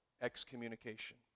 excommunication